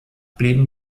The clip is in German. blieben